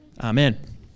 Amen